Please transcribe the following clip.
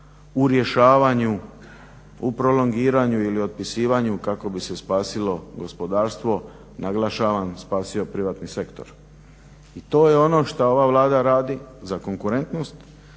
u rješavanju u prolongiranju ili otpisivanju kako bi se spasilo gospodarstvo, naglašavam spasio privatni sektor. I to je ono šta ova Vlada radi za konkurentnost